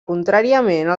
contràriament